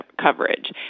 coverage